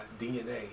DNA